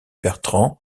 bertrand